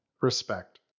respect